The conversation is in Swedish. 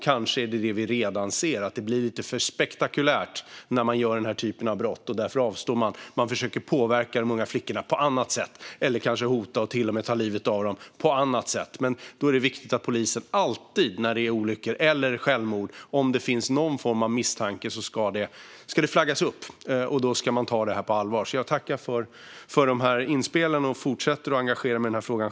Kanske är det detta vi redan ser - det blir lite för spektakulärt när man begår denna typ av brott, och därför avstår man. Man försöker att påverka de unga flickorna på annat sätt. Man kanske hotar, eller till och med tar livet av dem, på annat sätt. Om det finns någon form av misstanke från polisens sida vid olyckor eller självmord är det viktigt att det alltid flaggas upp, och det ska tas på allvar. Jag tackar för dessa inspel och fortsätter att engagera mig i den här frågan.